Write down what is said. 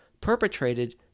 Perpetrated